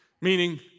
Meaning